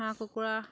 হাঁহ কুকুৰা